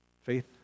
Faith